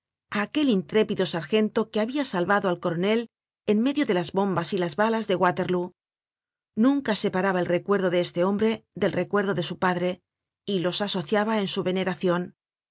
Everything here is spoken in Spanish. aquel intrépido sargento que habia salvado al coronel en medio de las bombas y las balas de waterlóo nunca separaba el recuerdo de este hombre del recuerdo de su padre y los asociaba en su veneracion